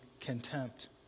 contempt